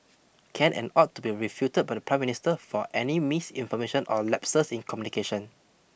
can and ought to be refuted by the Prime Minister for any misinformation or lapses in communication